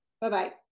Bye-bye